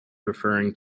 referring